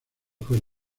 fue